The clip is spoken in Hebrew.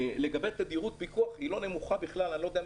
תדירות פיקוח: התדירות גבוהה מאוד.